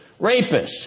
rapists